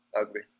ugly